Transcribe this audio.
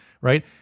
right